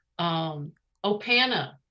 Opana